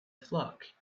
flock